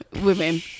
women